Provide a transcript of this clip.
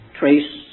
trace